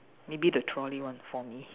maybe the trolley one for me